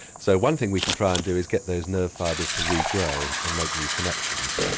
so one thing we can try and do is get those nerve fibres to regrow and make new connections.